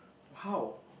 how